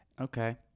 Okay